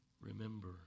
Remember